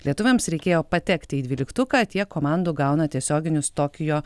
lietuviams reikėjo patekti į dvyliktuką tiek komandų gauna tiesioginius tokijo